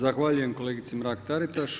Zahvaljujem kolegici Mrak-Taritaš.